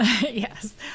Yes